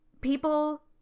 people